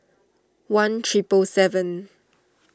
one triple seven